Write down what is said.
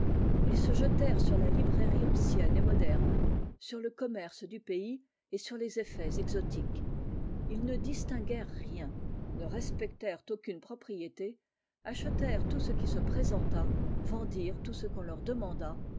ils se jetèrent sur la librairie ancienne et moderne sur le commerce du pays et sur les effets exotiques ils ne distinguèrent rien ne respectèrent aucune propriété achetèrent tout ce qui se présenta vendirent tout ce qu'on leur demanda